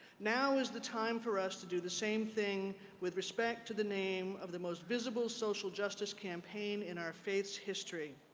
now is the time for us to do the same thing with respect to the name of the most visible social justice campaign in our denomination's history.